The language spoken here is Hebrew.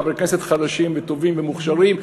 חברי כנסת חדשים וטובים ומוכשרים,